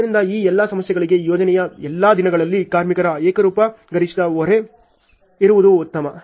ಆದ್ದರಿಂದ ಈ ಎಲ್ಲಾ ಸಮಸ್ಯೆಗಳಿಗೆ ಯೋಜನೆಯ ಎಲ್ಲಾ ದಿನಗಳಲ್ಲಿ ಕಾರ್ಮಿಕರ ಏಕರೂಪದ ಗರಿಷ್ಠ ಹೊರೆ ಇರುವುದು ಉತ್ತಮ